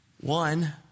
One